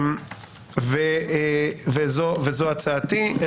וזו הצעתי.